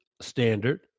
standard